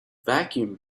vacuum